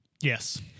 Yes